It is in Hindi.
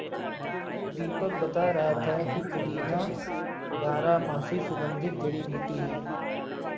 दीपक बता रहा था कि पुदीना बारहमासी सुगंधित जड़ी बूटी है